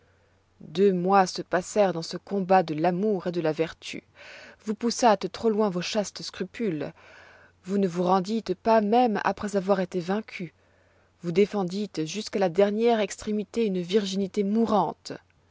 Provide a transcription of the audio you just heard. deux mois se passèrent dans ce combat de l'amour et de la vertu vous poussâtes trop loin vos chastes scrupules vous ne vous rendîtes pas même après avoir été vaincue vous défendîtes jusqu'à la dernière extrémité une virginité mourante